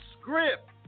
script